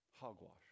Hogwash